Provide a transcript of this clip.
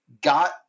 got